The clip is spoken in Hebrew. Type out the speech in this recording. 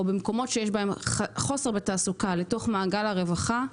במקומות שיש בהם חוסר בתעסוקה לתוך מעגל הרווחה,